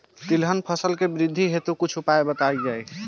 तिलहन फसल के वृद्धी हेतु कुछ उपाय बताई जाई?